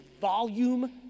volume